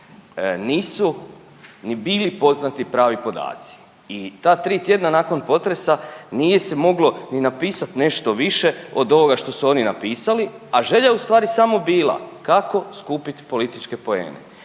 nisu ni bili poznati pravi podaci i ta tri tjedna nakon potresa nije se moglo ni napisati nešto više od ovoga što su oni napisali, a želja je u stvari samo bila kako skupiti političke poene.